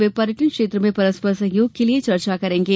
वे पर्यटन क्षेत्र में परस्पर सहयोग के लिये चर्चा करेंगे